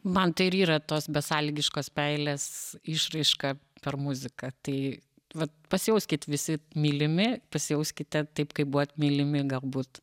man yra tos besąlygiškos meilės išraiška per muziką tai vat pasijauskit visi mylimi pasijauskite taip kaip buvot mylimi galbūt